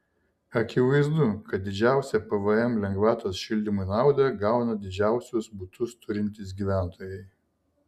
akivaizdu kad didžiausią pvm lengvatos šildymui naudą gauna didžiausius butus turintys gyventojai